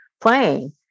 playing